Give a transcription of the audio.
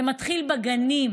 זה מתחיל בגנים,